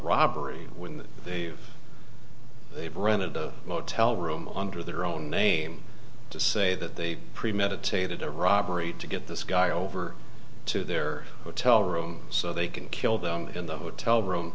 robbery when they've rented a motel room under their own name to say that they premeditated a robbery to get this guy over to their hotel room so they can kill them in the hotel room